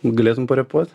galėtum parepuot